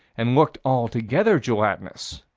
and looked altogether gelatinous